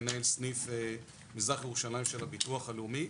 מנהל סניף מזרח ירושלים של הביטוח הלאומי.